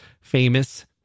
famous